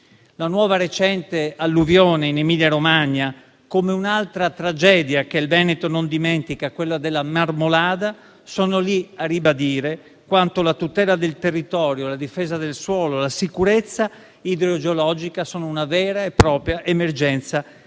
La nuova recente alluvione in Emilia-Romagna, così come un'altra tragedia che il Veneto non dimentica, quella della Marmolada, sono lì a ribadire quanto la tutela del territorio, la difesa del suolo e la sicurezza idrogeologica siano una vera e propria emergenza